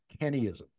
Kennyism